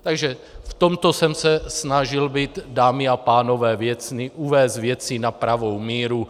Takže v tomto jsem se snažil být, dámy a pánové, věcný, uvést věci na pravou míru.